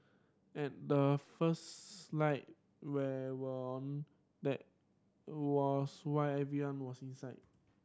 at the first light where were that was why everyone was inside